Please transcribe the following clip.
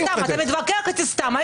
אתה מתווכח איתי סתם.